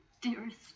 dearest